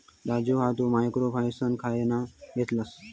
राजू तु ह्या micro finance खयना घेतलस?